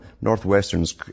Northwestern's